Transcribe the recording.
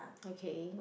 okay